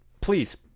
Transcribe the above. please